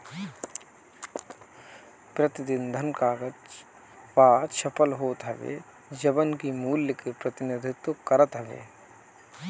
प्रतिनिधि धन कागज पअ छपल होत हवे जवन की मूल्य के प्रतिनिधित्व करत हवे